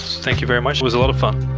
thank you very much. it was a lot of fun.